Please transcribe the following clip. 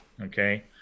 Okay